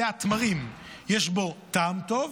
זה התמרים, יש בו טעם טוב,